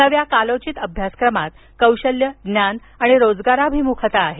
नव्या कालोचित अभ्यासक्रमात कौशल्यं ज्ञान रोजगारभिमुखता आहे